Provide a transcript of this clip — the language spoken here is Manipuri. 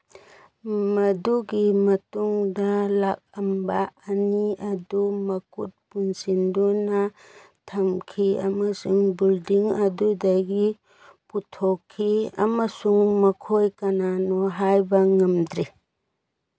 ꯃꯗꯨꯒꯤ ꯃꯇꯨꯡꯗ ꯂꯥꯛꯂꯝꯕ ꯑꯅꯤ ꯑꯗꯨ ꯃꯈꯨꯠ ꯄꯨꯟꯁꯤꯟꯗꯨꯅ ꯊꯝꯈꯤ ꯑꯃꯁꯨꯡ ꯕꯤꯜꯗꯤꯡ ꯑꯗꯨꯗꯒꯤ ꯄꯨꯊꯣꯛꯈꯤ ꯑꯃꯁꯨꯡ ꯃꯈꯣꯏ ꯀꯅꯥꯅꯣ ꯍꯥꯏꯕ ꯉꯝꯗ꯭ꯔꯤ